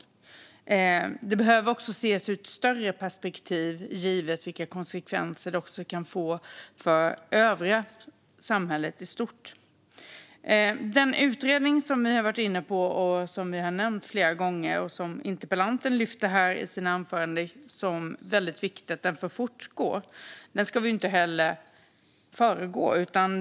Det hela behöver också ses ur ett större perspektiv givet de konsekvenser det kan få för samhället i stort. Det är väldigt viktigt att den utredning som vi här har nämnt flera gånger får fortgå. Interpellanten har också lyft fram den i sina anföranden. Den ska vi inte föregripa.